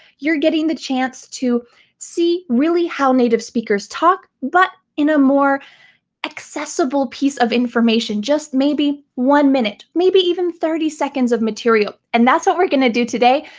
you're getting the chance to see really how native speakers talk, but in a more accessible piece of information. just maybe one minute, maybe even thirty seconds of material. and that's what we're gonna do today.